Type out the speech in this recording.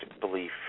belief